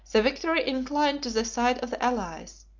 the victory inclined to the side of the allies,